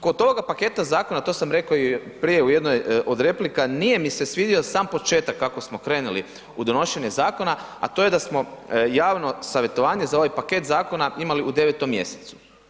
Kod ovoga paketa zakona, to sam rekao i prije u jednoj od replika, nije mi se svidio sam početak kako smo krenuli u donošenje zakona, a to je da smo javno savjetovanje za ovaj paket zakona imali u 9 mjesecu.